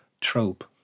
trope